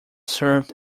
served